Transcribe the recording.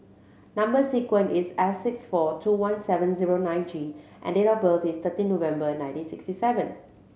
number sequence is S six four two one seven zero nine G and date of birth is thirteen November ninety sixty seven